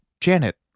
Janet